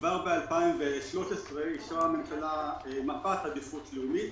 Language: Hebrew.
כבר ב-2013 אישרה הממשלה מפת עדיפות לאומית.